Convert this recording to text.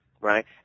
right